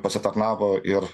pasitarnavo ir